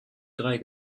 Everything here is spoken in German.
drei